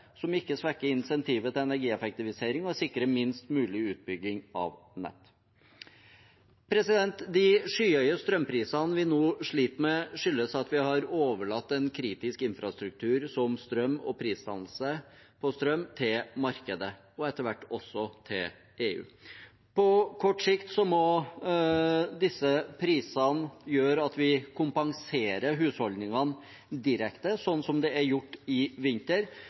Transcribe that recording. ikke svekker insentivet til energieffektivisering og sikrer minst mulig utbygging av nett.» De skyhøye strømprisene vi nå sliter med, skyldes at vi har overlatt en kritisk infrastruktur som strøm og prisdannelse på strøm til markedet, og etter hvert også til EU. På kort sikt må disse prisene gjøre at vi kompenserer husholdningene direkte, sånn som det er gjort i vinter,